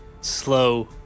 slow